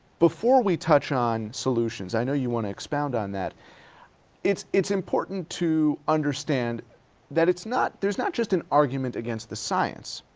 before we touch on solutions i know you wanna expound on that it's, it's important to understand that it's not. there's not just an argument against the science.